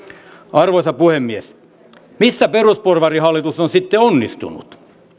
arvoisa puhemies missä perusporvarihallitus on sitten onnistunut